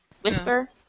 Whisper